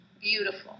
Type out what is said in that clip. beautiful